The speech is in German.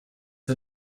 der